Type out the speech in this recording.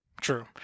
True